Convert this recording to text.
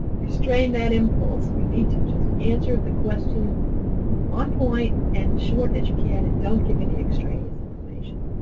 restrain that impulse. you need to just answer the questions on point and short as you can, and don't give any extraneous information.